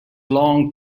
long